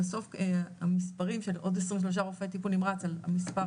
בסוף המספרים של עוד עשרים ושלושה רופאי טיפול נמרץ על מספר